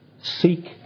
seek